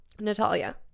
Natalia